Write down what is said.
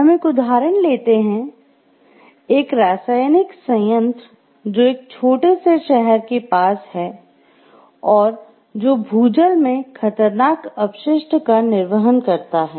हम एक उदाहरण लेते हैं एक रासायनिक संयंत्र जो एक छोटे से शहर के पास है और जो भूजल में खतरनाक अपशिष्ट का निर्वहन करता है